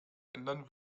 ändern